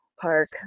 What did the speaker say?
Park